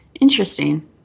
Interesting